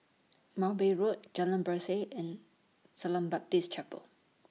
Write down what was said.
Mowbray Road Jalan Berseh and Shalom Baptist Chapel